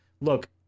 look